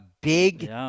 Big